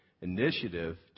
initiative